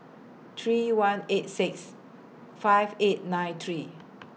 three one eight six five eight nine three